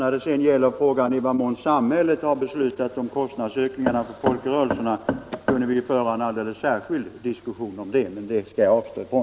När det gäller i vad mån samhället har beslutat om kostnadsökningar för folkrörelserna kunde vi föra en alldeles särskild diskussion om det. Men det skall jag avstå från.